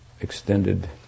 extended